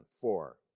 Four